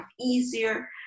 easier